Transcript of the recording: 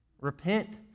Repent